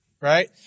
right